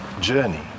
journey